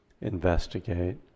investigate